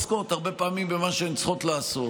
הרבה פעמים הן לא עוסקות במה שהן צריכות לעסוק,